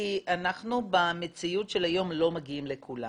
כי במציאות של היום אנחנו לא מגיעים לכולם.